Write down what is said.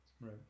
Right